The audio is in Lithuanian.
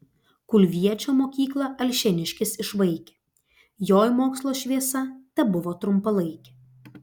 kulviečio mokyklą alšėniškis išvaikė joj mokslo šviesa tebuvo trumpalaikė